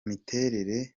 miterere